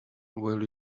will